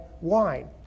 wine